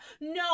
No